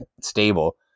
stable